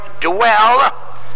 dwell